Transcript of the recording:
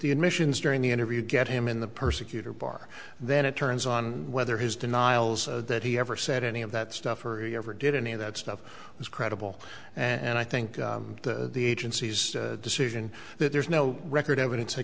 the admissions during the interview get him in the persecutor bar then it turns on whether his denials that he ever said any of that stuff or he ever did any of that stuff was credible and i think the agency's decision that there's no record evidence th